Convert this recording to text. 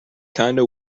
kinda